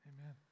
Amen